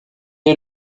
est